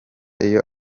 iyo